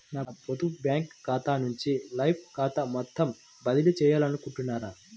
నా పొదుపు బ్యాంకు ఖాతా నుంచి లైన్ ఖాతాకు మొత్తం బదిలీ చేయాలనుకుంటున్నారా?